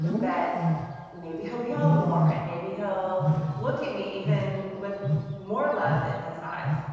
that maybe hell be home more and maybe hell look at me even with more love in his eyes.